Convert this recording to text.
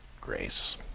grace